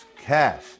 cash